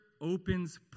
opens